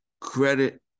credit